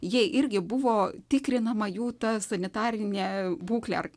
jie irgi buvo tikrinama jų ta sanitarinė būklė ar